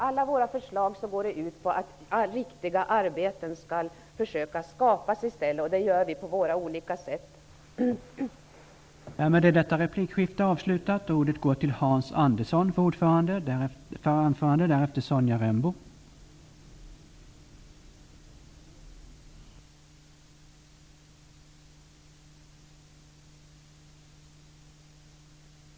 Alla våra förslag går ut på att i stället försöka skapa riktiga arbeten, vilket vi på olika sätt gör.